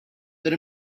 that